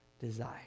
desire